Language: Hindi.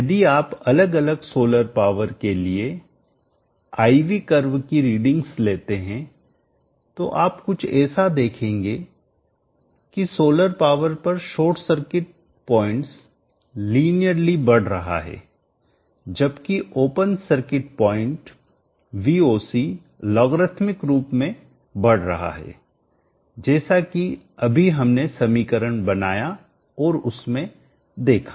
यदि आप अलग अलग सोलर पावर के लिए I V कर्व की रीडिंग्स लेते हैं तो आप कुछ ऐसा देखेंगे की हाई सोलर पावर पर शॉर्ट सर्किट पॉइंट्स लिनियली बढ़ रहा है जबकि open circuit point Voc logarithmic रूप में बढ़ रहा है जैसा की अभी हमने समीकरण बनाया और उसमें देखा